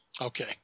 Okay